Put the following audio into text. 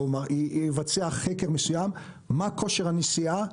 יבצע חקר מסוים: מה כושר הנשיאה,